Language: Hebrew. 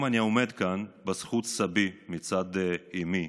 היום אני עומד כאן בזכות סבי מצד אימי,